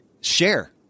share